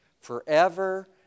forever